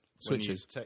switches